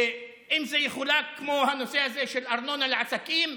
שאם זה יחולק כמו הנושא הזה של ארנונה לעסקים,